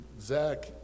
Zach